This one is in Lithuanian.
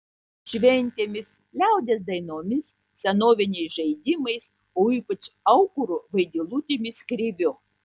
šventėmis liaudies dainomis senoviniais žaidimais o ypač aukuru vaidilutėmis kriviu